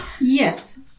Yes